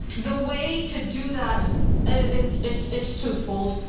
the way to do that. it is is is two fold.